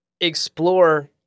explore